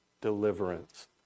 deliverance